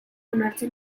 onartzen